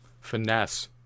finesse